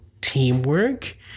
teamwork